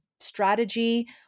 strategy